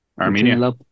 Armenia